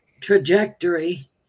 trajectory